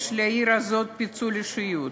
יש לעיר הזאת פיצול אישיות.